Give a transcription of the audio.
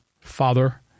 father